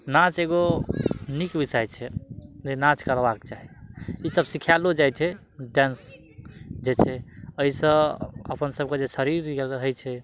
नाच एगो नीक विषय छै जे नाच करबाक चाही ई सब सिखायलो जाइ छै डांस जे छै अइसँ अपन सबके जे शरीर रहय छै